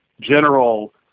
general